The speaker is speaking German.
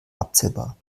abzählbar